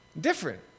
different